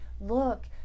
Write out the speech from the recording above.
look